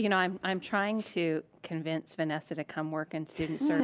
you know i'm i'm trying to convince vanessa to come work in student sort of